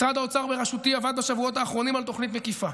משרד האוצר בראשותי עבד בשבועות האחרונים על תוכנית מקיפה,